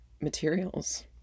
materials